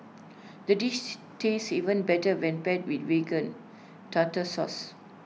the dish tastes even better when paired with Vegan Tartar Sauce